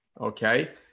Okay